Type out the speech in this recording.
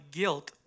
guilt